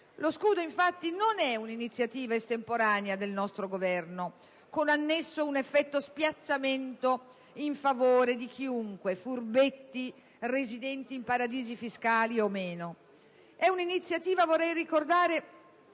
Lo scudo, infatti, non è un'iniziativa estemporanea del nostro Governo con annesso un effetto di spiazzamento in favore di chiunque, furbetti residenti in paradisi fiscali o meno: è un'iniziativa, vorrei ricordarlo,